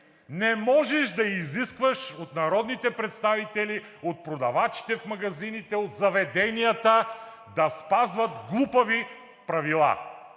не можеш да изискваш от народните представители, от продавачите в магазините, от заведенията да спазват глупави правила!